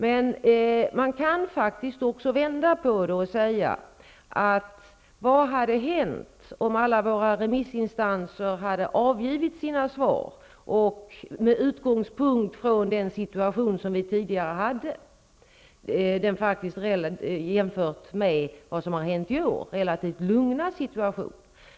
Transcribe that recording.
Men man kan faktiskt också vända på det och undra vad som hade hänt om alla remissinstanser avgivit sina svar med utgångspunkt från den situation som vi tidigare hade. Det var ju en relativt lugn situation jämfört med vad som hänt i år.